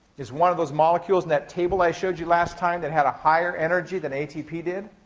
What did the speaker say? is one of those molecules on that table i showed you last time that had a higher energy than atp did.